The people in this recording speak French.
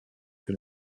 que